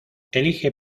elige